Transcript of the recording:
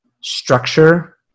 structure